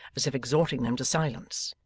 as if exhorting them to silence.